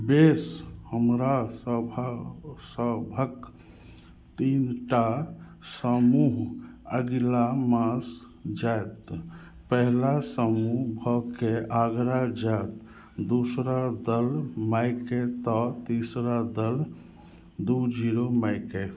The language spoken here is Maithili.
बेस हमरा सभ सभक तीनटा समूह अगिला मास जायत पहिला समूह भके आगरा जायत दुसरा दल मईके तऽ तेसर दल दू जीरो मईके